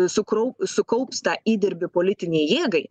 sukrau sukaups tą įdirbį politinei jėgai